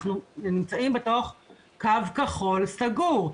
אנחנו נמצאים בתוך קו כחול סגור.